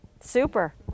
Super